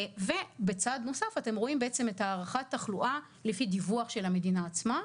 ובצד נוסף אתם רואים בעצם את הערכת תחלואה לפי דיווח של המדינה עצמה,